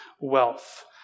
wealth